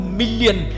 million